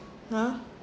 !huh!